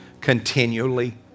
continually